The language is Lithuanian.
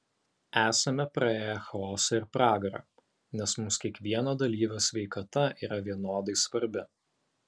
esame praėję chaosą ir pragarą nes mums kiekvieno dalyvio sveikata yra vienodai svarbi